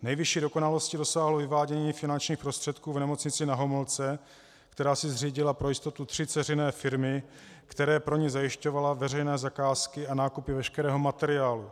Nejvyšší dokonalosti dosáhlo vyvádění finančních prostředků v Nemocnici Na Homolce, která si zřídila pro jistotu tři dceřiné firmy, které pro ni zajišťovaly veřejné zakázky a nákupy veškerého materiálu.